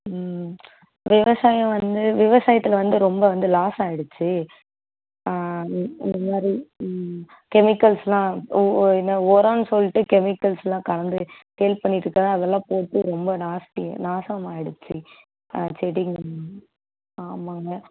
ம் விவசாயம் வந்து விவசாயத்தில் வந்து ரொம்ப வந்து லாஸாயிடுச்சு இது இதுமாதிரி ம் கெமிக்கல்ஸ் எல்லாம் ஊ என்ன உரம்ன்னு சொல்லிட்டு கெமிக்கல்ஸ் எல்லாம் கலந்து அதெல்லாம் போட்டு ரொம்ப நாஸ்த்தி நாசம் ஆயிடுச்சு செடிங்க ஆமாம்ங்க